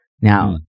Now